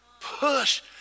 Push